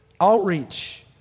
outreach